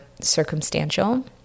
circumstantial